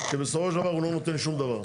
שבסופו של דבר הוא לא נותן שום דבר.